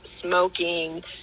smoking